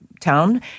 town